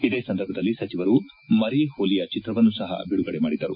ಇದೇ ಸಂದರ್ಭದಲ್ಲಿ ಸಚಿವರು ಮರಿ ಹುಲಿಯ ಚಿತ್ರವನ್ನು ಸಹ ಬಿಡುಗಡೆ ಮಾಡಿದರು